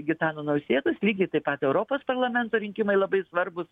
gitano nausėdos lygiai taip pat europos parlamento rinkimai labai svarbūs